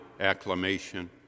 acclamation